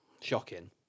Shocking